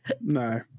no